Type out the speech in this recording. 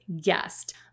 guest